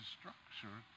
structure